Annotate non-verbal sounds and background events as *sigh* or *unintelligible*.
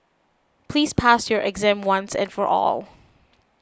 please pass your exam once and for *unintelligible* all